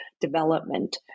development